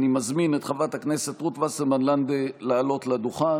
אני מזמין את חברת הכנסת רות וסרמן לנדה לעלות לדוכן.